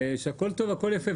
שהכול טוב והכול יפה.